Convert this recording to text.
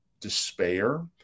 despair